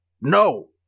No